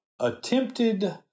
attempted